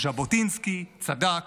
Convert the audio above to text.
ז'בוטינסקי צדק,